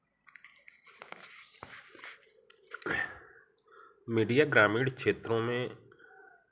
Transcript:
media ग्रामीण क्षेत्रों में